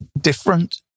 different